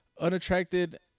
unattracted